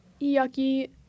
yucky